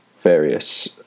various